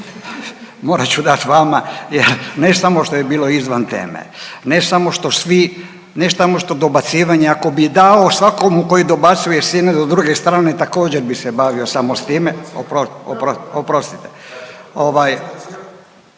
morat ću dat vama jer ne samo što je bilo izvan teme, ne samo što svi, ne samo što dobacivanja, ako bi dao svakomu koji dobacuje s jedne do druge strane također bi se bavio samo s time, opro…